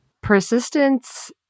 Persistence